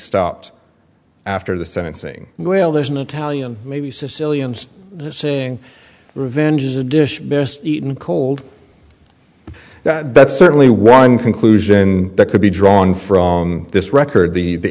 stopped after the sentencing well there's an italian maybe sicilians saying revenge is a dish best eaten cold that's certainly one conclusion that could be drawn from this record be the